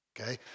okay